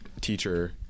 teacher